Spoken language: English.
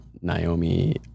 Naomi